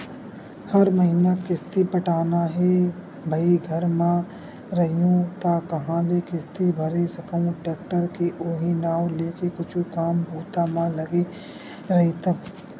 हर महिना किस्ती पटाना हे भई घर म रइहूँ त काँहा ले किस्ती भरे सकहूं टेक्टर के उहीं नांव लेके कुछु काम बूता म लगे रहिथव